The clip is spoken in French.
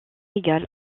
égal